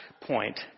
point